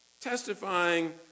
Testifying